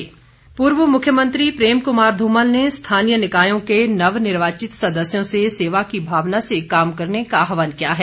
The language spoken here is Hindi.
धुमल पूर्व मुख्यमंत्री प्रेम कुमार धूमल ने स्थानीय निकायों के नवनिर्वाचित सदस्यों से सेवा की भावना से काम करने का आहवान किया है